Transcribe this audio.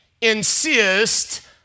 insist